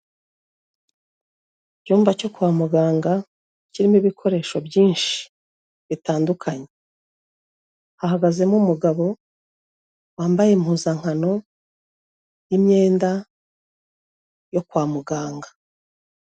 Icyumba cyo kwa muganga kirimo ibikoresho byinshi bitandukanye. Hahagazemo umugabo wambaye impuzankano y'imyenda yo kwa muganga.